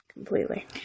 Completely